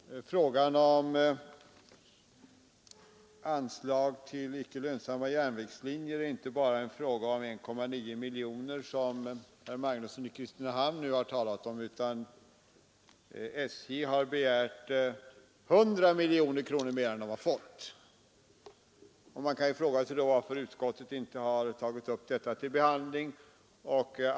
Herr talman! Frågan om anslag till icke lönsamma järnvägslinjer är inte bara en fråga om 1,9 miljoner kronor, som herr Magnusson i Kristinehamn har talat om; statens järnvägar har begärt 100 miljoner kronor mer än de har fått. Man kan fråga sig varför utskottet inte har tagit upp detta till behandling.